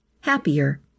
happier